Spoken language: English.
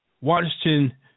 Washington